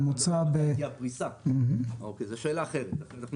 --- אתה מדבר על פריסה וזאת שאלה אחרת.